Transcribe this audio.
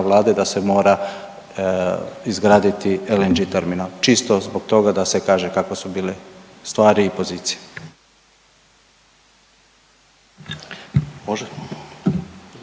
Vlade da se mora izgraditi LNG terminal čisto zbog toga da se kaže kakve su bile stvari i pozicija.